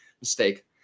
Mistake